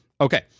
Okay